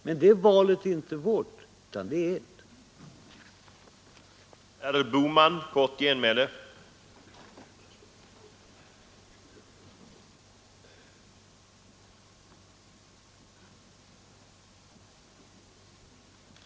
Men det valet är inte vårt, utan det är ert.